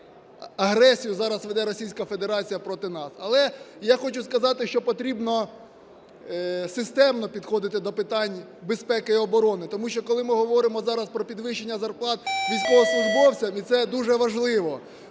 Російська Федерація проти нас. Але я хочу сказати, що потрібно системно підходити до питань безпеки і оборони, тому що коли ми говоримо зараз про підвищення зарплат військовослужбовцям (і це дуже важливо),